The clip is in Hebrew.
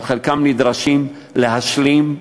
אבל חלקם נדרשים להשלים,